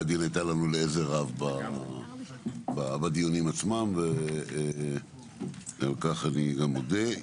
הדין הייתה לנו לעזר רב בדיונים עצמם וגם כך אני מודה.